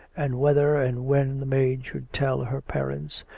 and whether and when the maid should tell her parents,